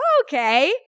okay